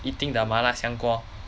eating the 麻辣香锅